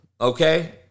okay